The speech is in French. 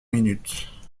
minutes